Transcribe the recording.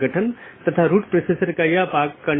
तो यह एक तरह की नीति प्रकारों में से हो सकता है